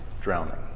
drowning